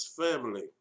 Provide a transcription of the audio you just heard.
family